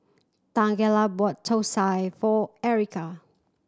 Tangela bought thosai for Erykah